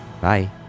Bye